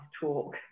talk